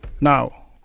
Now